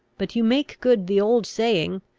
but you make good the old saying,